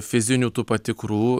fizinių tų patikrų